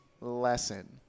lesson